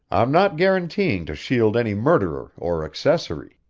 i'm not guaranteeing to shield any murderer or accessory.